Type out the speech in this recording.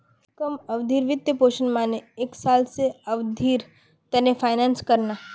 कम अवधिर वित्तपोषण माने एक साल स कम अवधिर त न फाइनेंस करना